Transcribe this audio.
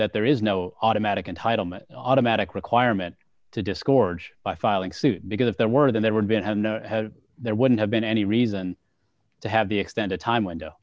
that there is no automatic entitlement automatic requirement to disgorge by filing suit because if there were then they were given and there wouldn't have been any reason to have the extended time window